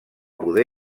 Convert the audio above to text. poder